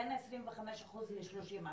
בין 25% ל-30%.